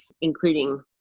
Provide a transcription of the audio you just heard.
including